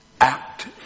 act